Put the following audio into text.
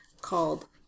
called